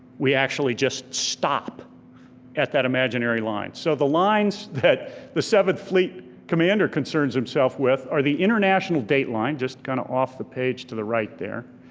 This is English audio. we actually just stop at that imaginary line. so the lines that the seventh fleet commander concerns himself with are the international date line, just kind of off the page to the right there,